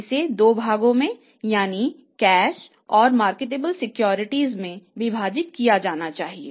इसे 2 भागों यानी कैश और मार्केटेबल सिक्योरिटीज में विभाजित किया जाना चाहिए